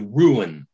ruin